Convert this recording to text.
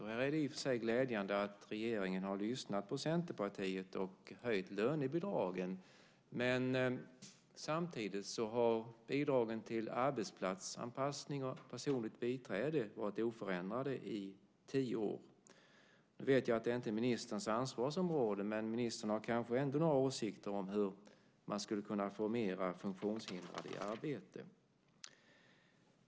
Här är det i och för sig glädjande att regeringen har lyssnat på Centerpartiet och höjt lönebidragen, men samtidigt har bidragen till arbetsplatsanpassning och personligt biträde varit oförändrade i tio år. Jag vet att det inte är ministerns ansvarsområde, men ministern kanske ändå har några åsikter om hur man skulle kunna få fler funktionshindrade i arbete.